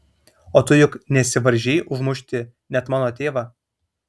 o tu juk nesivaržei užmušti net mano tėvą